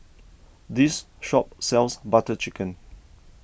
this shop sells Butter Chicken